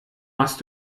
machst